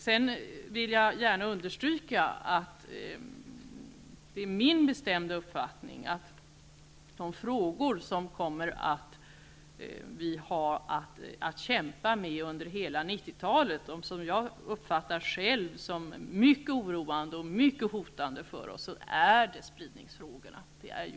Sedan vill jag gärna understryka att de frågor som vi kommer att ha att kämpa med under hela 90 talet, och som jag själv uppfattar som mycket oroande och mycket hotande för oss, är spridningsfrågorna.